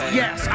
yes